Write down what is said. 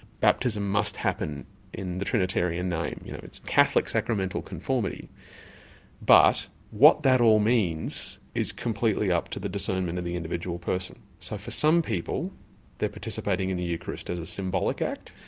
baptism must happen in the trinitarian name. you know it's catholic sacramental conformity but what that all means is completely up to the discernment of the individual person. so for some people they're participating in the eucharist as a symbolic act.